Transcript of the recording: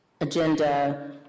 agenda